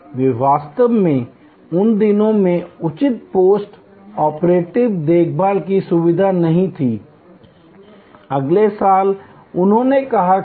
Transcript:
वे वास्तव में उन दिनों में उचित पोस्ट ऑपरेटिव देखभाल की सुविधा नहीं थी अगले साल उन्होंने कहा कि